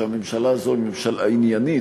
שהממשלה הזאת היא ממשלה עניינית,